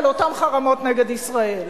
על אותם חרמות נגד ישראל,